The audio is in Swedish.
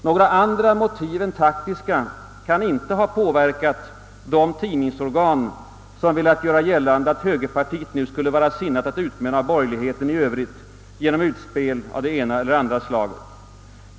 Några andra motiv än taktiska kan inte ha påverkat de tidningsorgan som velat göra gällande att högerpartiet nu skulle vara sinnat att utmana borgerligheten i övrigt genom utspel av det ena eller andra slaget.